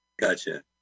Gotcha